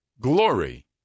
glory